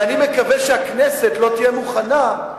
ואני מקווה שהכנסת לא תהיה מוכנה,